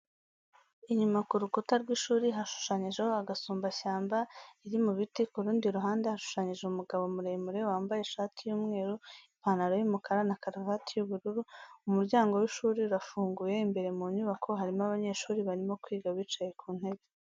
Inyuma ku rukuta rw'ishuri hashushanyijeho agasumbashyamba iri mu biti, ku rundi ruhande hashushanyije umugabo muremure, wamabaye ishati y'umweru, ipantaro y'umukara na karuvati y'ubururu, umuryango w'ishuri urafunguye imbere mu nyubako harimo abanyeshuri barimo kwiga bicaye ku ntebe.